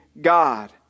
God